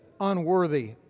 unworthy